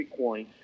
Bitcoin